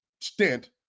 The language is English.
stint